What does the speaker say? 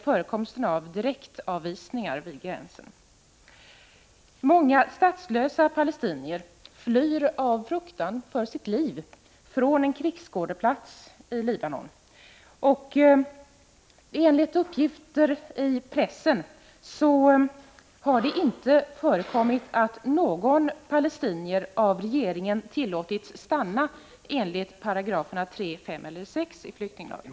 Förekomsten av direktavvisningar vid gränsen. Många statslösa palestinier flyr av fruktan för sina liv från en krigsskådeplats i Libanon. Enligt uppgifter i pressen har det inte förekommit att regeringen har tillåtit någon palestinier att stanna enligt 3, 5 eller 6§ i flyktinglagen.